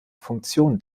funktion